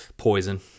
poison